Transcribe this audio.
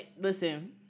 Listen